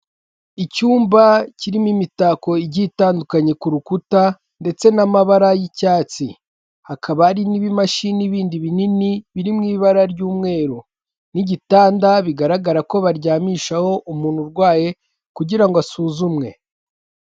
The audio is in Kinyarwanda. Icyumba kirimo imitako igiye itandukanye ku rukuta ndetse n'amabara y'icyatsi, hakaba hari n'ibimashini bindi binini biri mu ibara ry'umweru n'igitanda bigaragara ko baryamishaho umuntu urwaye kugirango asuzumwe.